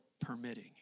permitting